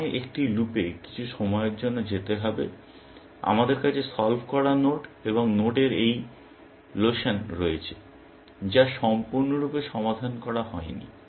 আমায় একটি লুপে কিছু সময়ের জন্য যেতে হবে আমাদের কাছে সলভ করা নোড এবং নোডের এই লোশন রয়েছে যা সম্পূর্ণরূপে সমাধান করা হয়নি